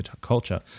culture